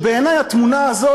ובעיני התמונה הזאת,